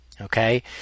Okay